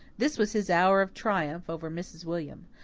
this was his hour of triumph over mrs. william.